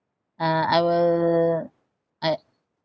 uh I will I